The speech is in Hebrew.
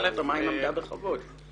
עמדה בכבוד.